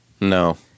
No